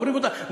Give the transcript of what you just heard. אומרים אותה,